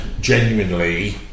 genuinely